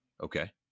Okay